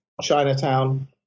Chinatown